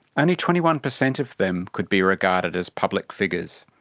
only twenty one percent of them could be regarded as public figures.